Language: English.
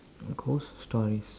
ghost stories